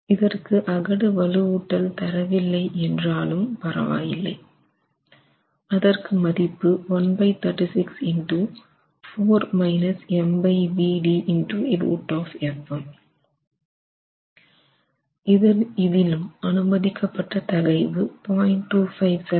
இதற்கு அகடு வலுவூட்டல்தரவில்லை என்றாலும் பரவாயில்லை அதற்கு மதிப்பு இதிலும் அனுமதிக்கப்பட்ட தகைவு 0